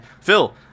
Phil